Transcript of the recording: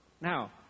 now